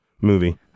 movie